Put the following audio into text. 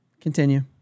continue